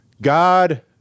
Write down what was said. God